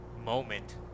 moment